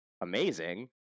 amazing